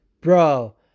Bro